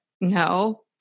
no